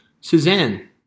Suzanne